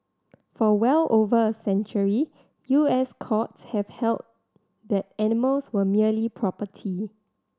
for well over a century U S courts have held that animals were merely property